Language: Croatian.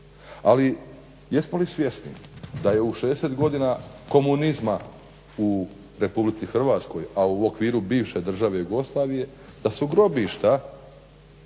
ali jesmo li svjesni da je u 60 godina komunizma u RH a u okviru bivše države Jugoslavije da su grobišta